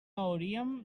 hauríem